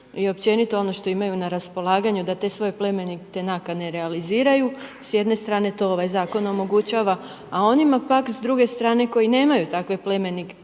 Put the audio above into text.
i općenito ono što imaju na raspolaganju, da te svoje plemenite nakane realiziraju. S jedne strane, to ovaj zakon omogućava, a onima pak, s druge strane, koji nemaju takve plemenite